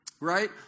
right